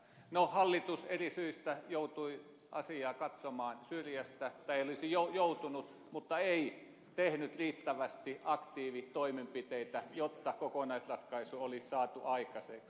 no hallitus eri syistä joutui asiaa katsomaan syrjästä tai ei olisi joutunut mutta ei tehnyt riittävästi aktiivitoimenpiteitä jotta kokonaisratkaisu olisi saatu aikaiseksi